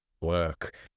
work